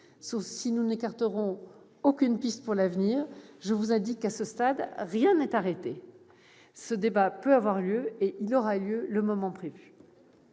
Si nous n'écartons aucune piste pour l'avenir, je vous indique qu'à ce stade, rien n'est arrêté. Ce débat peut avoir lieu et ce sera le cas le moment venu.